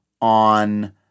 on